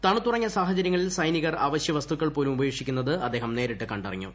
തണുത്തുറഞ്ഞ സാഹചര്യങ്ങളിൽ സൈനികർ അവശ്യ് വസ്തുക്കൾ പോലും ഉപേക്ഷിക്കുന്നത് അദ്ദേഹം നേരിട്ട് കറിഞ്ഞു